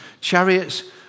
chariots